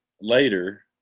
later